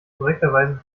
korrekterweise